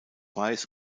weiß